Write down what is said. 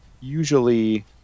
usually